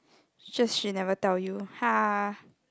just she never tell you ha